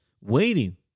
waiting